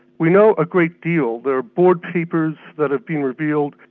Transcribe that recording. we know a great deal. there are board papers that have been revealed,